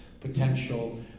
potential